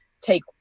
take